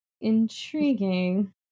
Intriguing